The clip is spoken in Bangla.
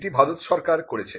এটি ভারত সরকার করেছে